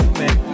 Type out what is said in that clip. man